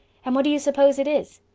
and what do you suppose it is?